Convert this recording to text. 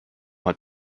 hat